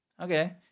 okay